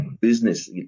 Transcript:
business